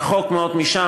רחוק מאוד משם,